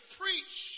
preach